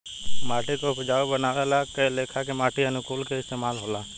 माटी के उपजाऊ बानवे ला कए लेखा के माटी अनुकूलक के इस्तमाल होला